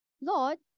Lord